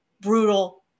brutal